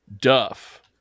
Duff